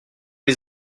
les